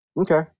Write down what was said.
Okay